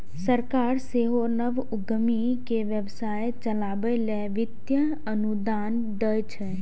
सरकार सेहो नव उद्यमी कें व्यवसाय चलाबै लेल वित्तीय अनुदान दै छै